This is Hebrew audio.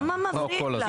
למה מפריעים לה?